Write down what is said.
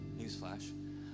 newsflash